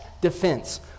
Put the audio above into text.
defense